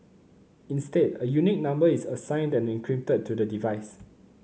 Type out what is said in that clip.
instead a unique number is assigned and encrypted to the device